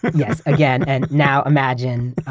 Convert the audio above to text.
yes. again. and now, imagine,